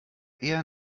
eher